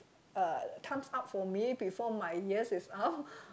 uh times up for me before my years is up